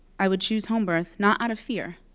i would choose home birth not out of fear,